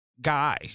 guy